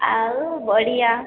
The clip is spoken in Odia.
ଆଉ ବଢ଼ିଆ